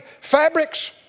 fabrics